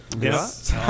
Yes